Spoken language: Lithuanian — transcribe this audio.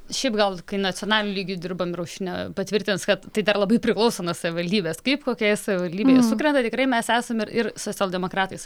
šiaip gal kai nacionaliniu lygiu dirbam ir aušrinė patvirtins kad tai dar labai priklauso nuo savivaldybės kaip kokioje savivaldybėje sukrenta tikrai mes esam ir socialdemokratais